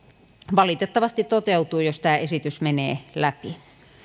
valitettavasti toteutuu jos tämä esitys menee läpi